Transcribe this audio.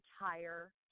entire